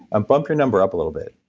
um bump your number up a little bit